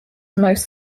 most